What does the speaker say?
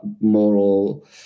moral